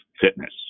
fitness